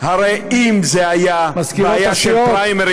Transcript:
הרי אם זו הייתה, מזכירות הסיעות.